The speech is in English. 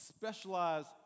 specialized